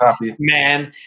man